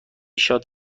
شاد